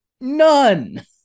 None